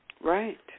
Right